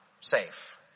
safe